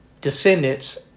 descendants